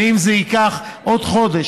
ואם זה ייקח עוד חודש,